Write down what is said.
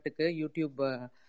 YouTube